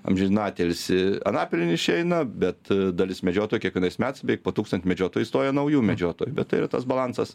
amžinatelsį anapilin išeina bet dalis medžiotojų kiekvienais metais beiveik po tūkstantį medžiotojų įstoja naujų medžiotojų bet tai yra tas balansas